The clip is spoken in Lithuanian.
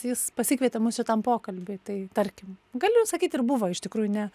jis pasikvietė mus šitam pokalbiui tai tarkim galiu sakyt ir buvo iš tikrųjų ne